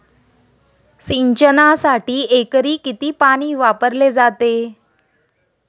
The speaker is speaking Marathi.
सिंचनासाठी एकरी किती पाणी वापरले जाते?